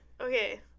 Okay